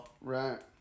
Right